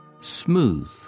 Smooth